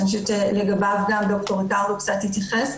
שאני חושבת שלגביו גם ד"ר ריקרדו התייחס,